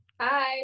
Hi